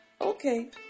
Okay